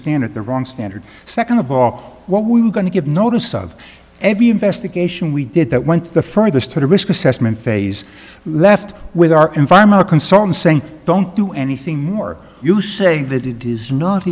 standard the wrong standard second of all what we were going to give notice of every investigation we did that went the furthest sort of risk assessment phase left with our environmental consultant saying don't do anything more you say that it is not